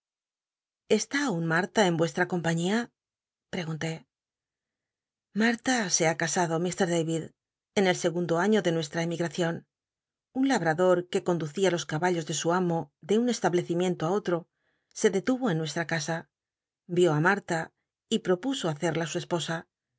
eshi aun mmia en y compa marta se ba casado de david en el segundo aiio de nucstm cmigacion un labrador que conducía los caballos de su amo de un establecimiento ú otro se detuvo en nuestra casa vió á marta y propuso hacerla su esposa